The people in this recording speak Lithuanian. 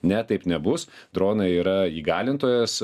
ne taip nebus dronai yra įgalintojas